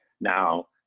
Now